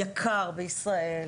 לחיות בישראל